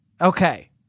Okay